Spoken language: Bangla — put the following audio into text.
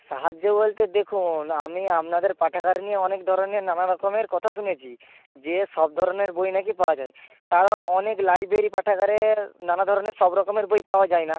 সাহায্য বলতে দেখুন আমি আপনাদের পাঠাগার নিয়ে অনেক ধরনের নানা রকমের কথা শুনেছি যে সব ধরনের বই নাকি পাওয়া যায় কারণ অনেক লাইব্রেরি পাঠাগারে নানা ধরনের সব রকমের বই পাওয়া যায় না